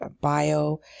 bio